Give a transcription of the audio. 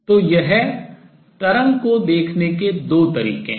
तो यह तरंग को देखने के दो तरीके हैं